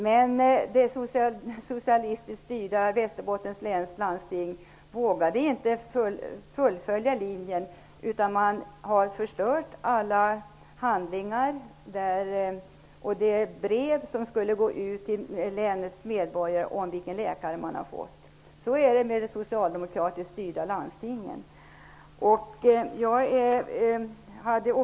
I det socialistiskt styrda Västerbottens läns landsting vågade man inte fullfölja denna linje. Man har förstört alla handlingar och det brev som skulle gå ut till länets medborgare om vilken läkare de har fått. Så är det i de socialdemokratiskt styrda landstingen.